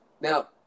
now